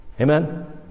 Amen